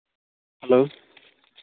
hello